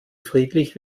friedlich